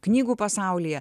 knygų pasaulyje